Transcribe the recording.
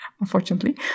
unfortunately